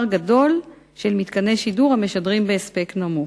גדול של מתקני שידור המשדרים בהספק נמוך.